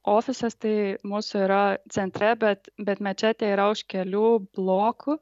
ofisas tai mūsų yra centre bet bet mečetė yra už kelių blokų